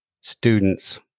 Students